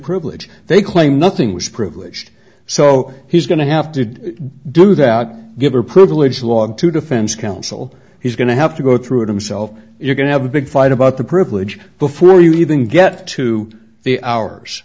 privilege they claim nothing was privileged so he's going to have to do that give her privileged long to defense counsel he's going to have to go through it himself you're going to have a big fight about the privilege before you even get to the hours